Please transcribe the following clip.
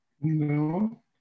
No